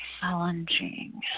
Challenging